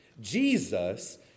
Jesus